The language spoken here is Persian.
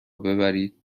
ببرید